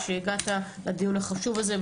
שהגעת לדיון החשוב הזה,